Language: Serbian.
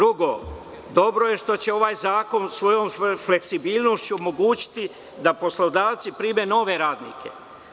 Drugo, dobro je što će ovaj zakon svojom fleksibilnošću omogućiti da poslodavci prime nove radnike.